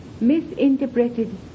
misinterpreted